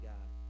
God